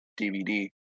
DVD